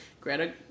Greta